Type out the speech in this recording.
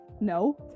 No